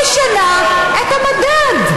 היא משנה את המדד.